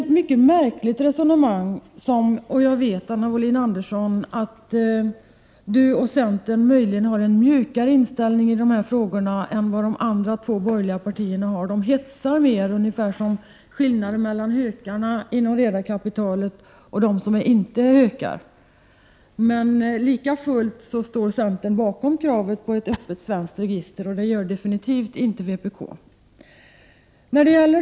Jag vet, Anna Wohlin-Andersson, att centern möjligen har en mjukare inställning i dessa frågor än de andra två borgerliga partierna. De hetsar mer, det är ungefär som skillnaden mellan hökarna inom redarkapitalet och de som inte är hökar. Men lika fullt står centern bakom kravet på ett öppet svenskt register, och det gör definitivt inte vpk.